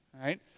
right